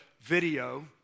video